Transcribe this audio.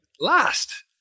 last